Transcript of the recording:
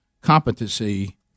competency